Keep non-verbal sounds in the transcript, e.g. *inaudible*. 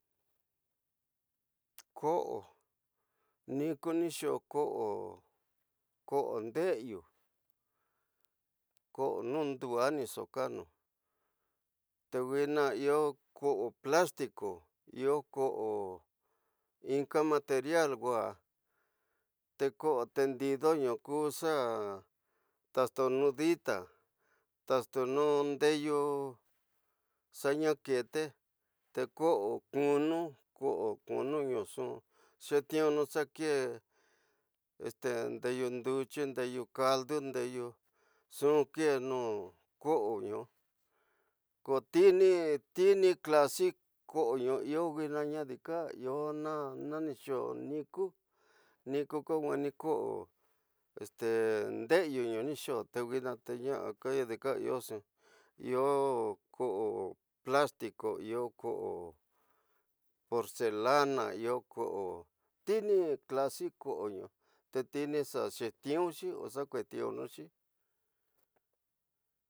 Ko'o, ñikunixo ko'o, ko'o ndeyu, koso ñu dua ñixo kanu te nuina iyo koso plástico, iyo koso ñika material wa te koso teidido ñuku xa tatunu díla, tatunu ndeyu xa ñexe te koso kunu, koso kunu ñxu xa ñu ñxi ndeyu ndetiyi, ndeyu kadí ndeyo iyo ñxu kenu kosonu, ko tinu, tinu ñxi kosi ñxu *hesitation* iyo ñuina nadi kaiyo na ñixoo ñitu ñiku ko ñueni koso ndeyu no ñixoo tenuina fe ñana kanadi ka iyo ñxu, iyo koso plástico iyo koso porcelana iyo koso, dini clasi koso ñu tetini xa xetivuñxi o xa kuetixuxi